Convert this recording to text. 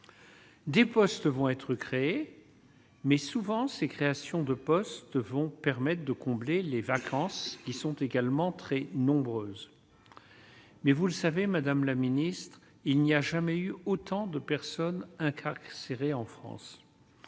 Des postes vont être créés, mais souvent, ces créations de postes vont permettent de combler les vacances qui sont également très nombreuses, mais vous le savez madame la Ministre, il n'y a jamais eu autant de personnes incarcérées en France